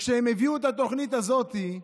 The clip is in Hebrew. כשהם הביאו את התוכנית הזאת,